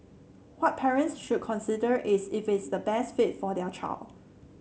what parents should consider is if it is the best fit for their child